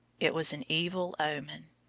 it was an evil omen.